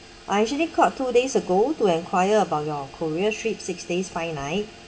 I actually called two days ago to enquire about your korea trip six days five night